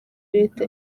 leta